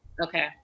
Okay